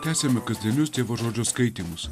tęsiame kasdienius tėvo žodžio skaitymus